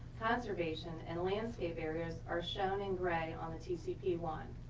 conservation and landscape areas are shown in gray on the t c p one.